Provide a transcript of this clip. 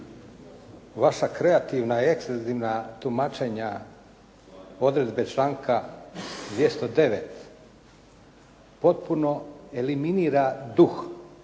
Vaša kreativna i ekstenzivna tumačenja odredbe članka 209. potpuno eliminira duh